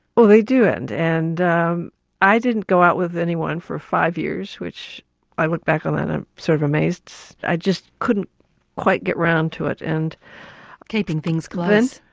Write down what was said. well they do end, and i didn't go out with anyone for five years, which i look back on and i'm sort of amazed. i just couldn't quite get round to it. keeping things close.